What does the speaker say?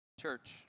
Church